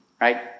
right